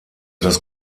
das